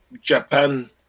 Japan